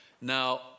Now